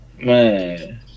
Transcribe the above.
Man